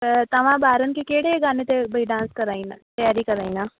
त तव्हां ॿारनि खे कहिड़े गाने ते भई डांस कराईंदा तयारी कराईंदा